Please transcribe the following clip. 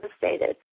devastated